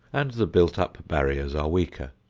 and the built up barriers are weaker.